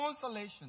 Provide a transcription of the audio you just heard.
consolation